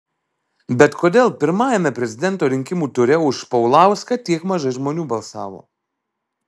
bet kodėl pirmajame prezidento rinkimų ture už paulauską tiek mažai žmonių balsavo